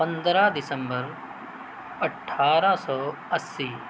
پندرہ دسمبر اٹھارہ سو اَسی